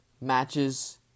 Matches